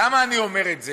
למה אני אומר את זה?